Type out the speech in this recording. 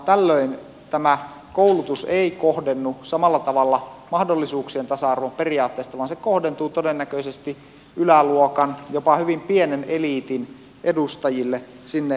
tällöin tämä koulutus ei kohdennu samalla tavalla mahdollisuuksien tasa arvon periaatteesta vaan se kohdentuu todennäköisesti yläluokan jopa hyvin pienen eliitin edustajille sinne kehitysmaihin